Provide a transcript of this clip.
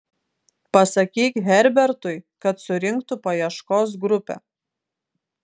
pasakyk herbertui kad surinktų paieškos grupę